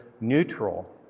neutral